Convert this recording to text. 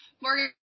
Morgan